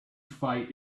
fight